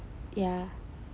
ya